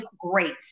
great